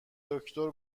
دکتر